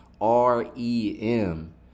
R-E-M